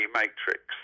matrix